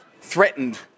threatened